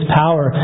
power